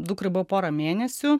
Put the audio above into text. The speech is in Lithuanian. dukrai buvo pora mėnesių